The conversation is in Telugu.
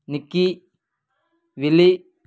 నిక్కీ విల్లి